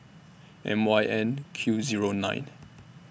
M Y N Q Zero nine